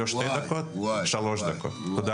תודה